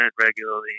regularly